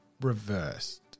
reversed